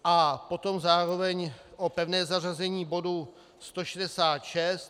A potom zároveň o pevné zařazení bodu 166.